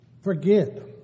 forget